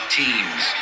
teams